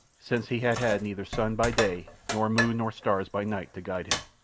since he had had neither sun by day nor moon nor stars by night to guide him.